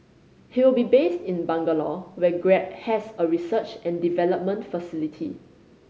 he will be based in Bangalore where Grab has a research and development facility